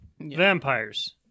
Vampires